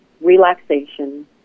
relaxation